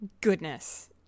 goodness